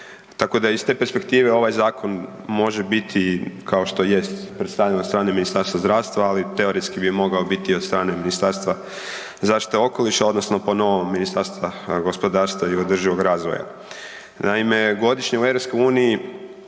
tako da iz te perspektive ovaj zakon može biti kao što jest predstavljen od strane Ministarstva zdravstva, ali teoretski bi mogao biti od strane Ministarstva zaštite okoliša odnosno po novom Ministarstva gospodarstva i održivog razvoja. Naime, godišnje u EU